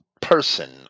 person